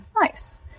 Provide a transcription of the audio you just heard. nice